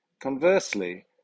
Conversely